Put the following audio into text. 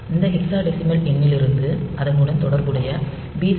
இந்த ஹெக்ஸாடெசிமல் எண்ணிலிருந்து அதனுடன் தொடர்புடைய பி